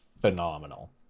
phenomenal